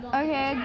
okay